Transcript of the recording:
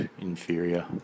inferior